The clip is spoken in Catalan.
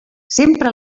sempre